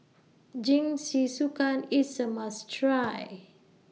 Jingisukan IS A must Try